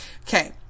Okay